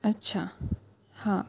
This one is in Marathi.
अच्छा हा